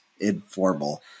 informal